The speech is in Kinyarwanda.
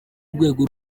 rwego